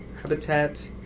Habitat